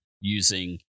using